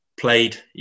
played